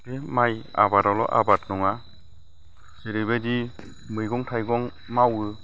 बे माइ आबादाल' आबाद नङा जेरैबायदि मैगं थाइगं मावो